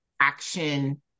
action